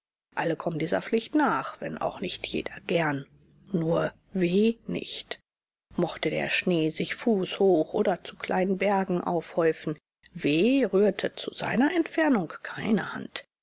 alle kommen dieser pflicht nach wenn auch nicht jeder gern nur w nicht mochte der schnee sich fußhoch oder zu kleinen bergen aufhäufen w rührte zu seiner entfernung keine hand